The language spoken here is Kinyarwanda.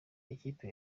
ikipe